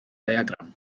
diagram